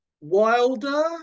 Wilder